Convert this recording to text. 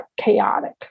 chaotic